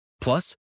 Plus